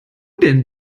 denn